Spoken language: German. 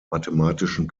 mathematischen